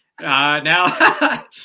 now